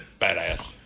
Badass